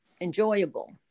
enjoyable